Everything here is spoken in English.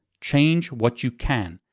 change what you can.